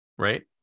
Right